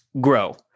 grow